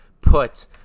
put